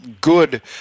good